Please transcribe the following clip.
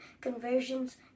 conversions